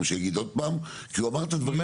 שהוא יגיד עוד פעם כי הוא אמר את הדברים.